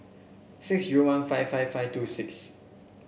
six zero one five five five two six